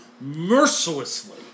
mercilessly